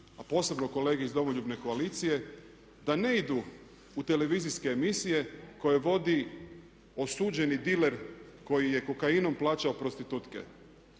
a posebno kolege iz Domoljubne koalicije da ne idu u televizijske emisije koje vodi osuđeni diler koji je kokainom plaćao prostitutke.